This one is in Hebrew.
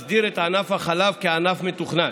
מסדיר את ענף החלב כענף מתוכנן,